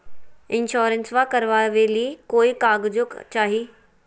इंसोरेंसबा करबा बे ली कोई कागजों चाही?